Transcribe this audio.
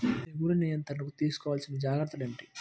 తెగులు నివారణకు తీసుకోవలసిన జాగ్రత్తలు ఏమిటీ?